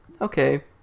okay